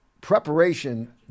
preparation